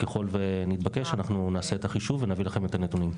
ככל שנתבקש אנחנו נעשה את החישוב ונביא לכם את הנתונים.